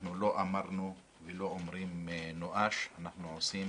אנחנו לא אמרנו ולא אומרים נואש, אנחנו עושים